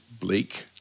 bleak